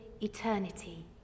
eternity